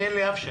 לי אין אף שם.